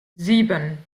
sieben